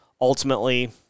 ultimately